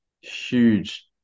huge